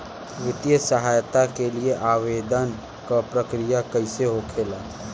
वित्तीय सहायता के लिए आवेदन क प्रक्रिया कैसे होखेला?